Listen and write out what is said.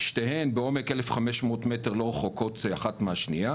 שתיהן בעומק של 1500 מטר, לא רחוקות אחת מהשנייה